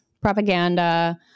propaganda